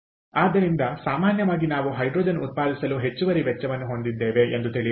ಆದ್ದರಿಂದ ಸಾಮಾನ್ಯವಾಗಿ ನಾವು ಹೈಡ್ರೋಜನ್ ಉತ್ಪಾದಿಸಲು ಹೆಚ್ಚುವರಿ ವೆಚ್ಚವನ್ನು ಹೊಂದಿದ್ದೇವೆ ಎಂದು ತಿಳಿಯಬೇಕು